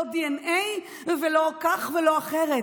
לא כך ולא אחרת.